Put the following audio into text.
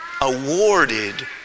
awarded